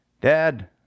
dad